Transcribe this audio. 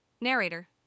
Narrator